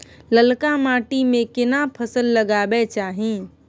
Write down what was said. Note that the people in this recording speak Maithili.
ललका माटी में केना फसल लगाबै चाही?